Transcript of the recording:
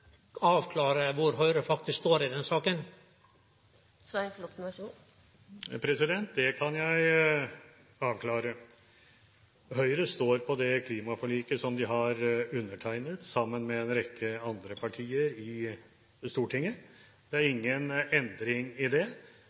avklare kor Høgre faktisk står i den saka? Det kan jeg avklare. Høyre står på det klimaforliket som vi har undertegnet sammen med en rekke andre partier i Stortinget. Det er ingen endring i det.